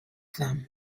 them